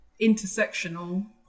intersectional